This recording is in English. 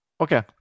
Okay